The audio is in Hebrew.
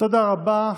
תודה רבה.